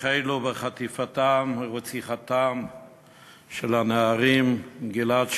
שהחלו בחטיפתם וברציחתם של הנערים גיל-עד שער,